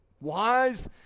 wise